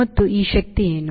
ಮತ್ತು ಈ ಶಕ್ತಿ ಏನು